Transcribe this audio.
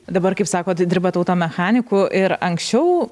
dabar kaip sakot dirbate auto mechaniku ir anksčiau